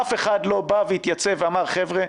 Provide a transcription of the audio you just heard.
אף אחד לא בא והתייצב ואמר: חבר'ה,